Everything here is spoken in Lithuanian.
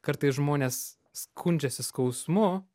kartais žmonės skundžiasi skausmu